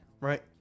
right